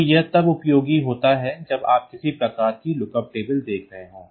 तो यह तब उपयोगी होता है जब आप किसी प्रकार की lookup टेबल देख रहे हों